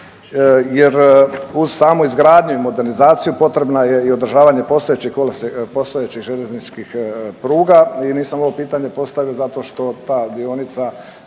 jer uz samu izgradnju i modernizaciju potrebna je i održavanje postojećih željezničkih pruga i nisam ovo pitanje postavio zato što ta dionica